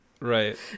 right